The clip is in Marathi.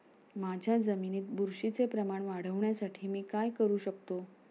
माझ्या जमिनीत बुरशीचे प्रमाण वाढवण्यासाठी मी काय करू शकतो?